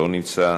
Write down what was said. לא נמצא,